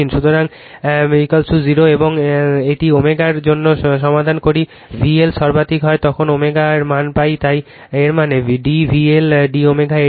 সুতরাং এবং কি কল0 এবং একটি ω এর জন্য সমাধান করি যখন VL সর্বাধিক হয় তখন আমরা ω এর মান পাই তাই এর মানে d VLd ωএইটি